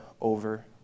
over